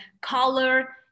color